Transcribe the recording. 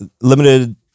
limited